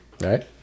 Right